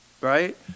right